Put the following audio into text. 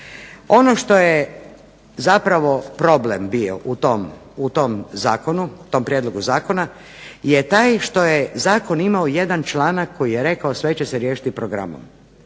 Ono što je zapravo problem bio u tom zakonu, u tom prijedlogu zakona je taj što je zakon imao jedan članak koji je rekao sve će se riješiti programom,